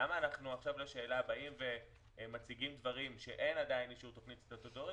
למה אנחנו מציגים דברים שאין עדיין אישור תוכנית סטטוטורית?